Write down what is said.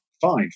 five